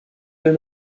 will